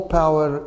power